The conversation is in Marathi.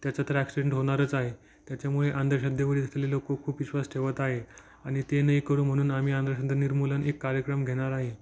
त्याचं तर ॲक्सिडंट होणारच आहे त्याच्यामुळे अंधश्रद्धेवर इथले लोक खूप विश्वास ठेवत आहे आणि ते नय करू म्हणून आम्ही अंधश्रद्धा निर्मूलन एक कार्यक्रम घेणार आहे